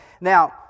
Now